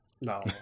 No